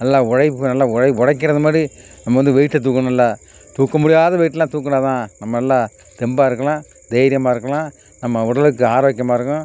நல்லா உழைப்பு நல்லா உழைக்கிறது மாதிரி நம்ம வந்து வெயிட்டை தூக்கணும் நல்லா தூக்க முடியாத வெயிட்டுலாம் தூக்கினா தான் நம்ம நல்லா தெம்பாக இருக்கலாம் தைரியமா இருக்கலாம் நம்ம உடலுக்கு ஆரோக்கியமாக இருக்கும்